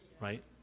right